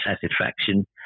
satisfaction